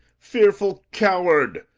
fearful coward,